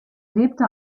lebte